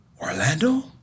Orlando